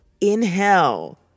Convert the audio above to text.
Inhale